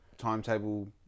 timetable